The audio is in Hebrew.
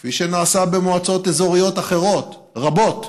כפי שנעשה במועצות אזוריות רבות אחרות,